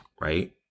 right